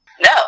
No